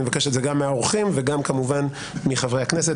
אני מבקש גם מהאורחים וגם מחברי הכנסת.